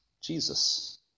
Jesus